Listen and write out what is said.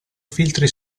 filtri